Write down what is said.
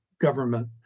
government